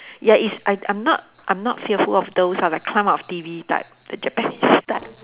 ya it's I I'm not I'm not fearful of those ah like climb out of T_V type the Japanese type